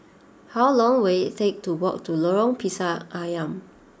how long will it take to walk to Lorong Pisang Asam